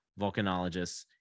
volcanologists